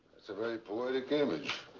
that's a very poetic image.